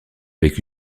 avec